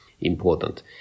important